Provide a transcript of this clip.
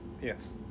Yes